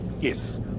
Yes